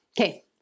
Okay